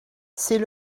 c’est